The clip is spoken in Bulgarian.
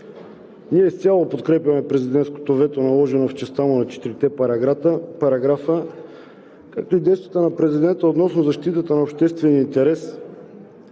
ние изцяло подкрепяме президентското вето, наложено в частта за четирите параграфа, както и действията на президента относно защитата на обществения интерес.